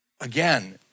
Again